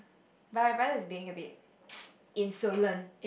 but I'm rather being a bit insolence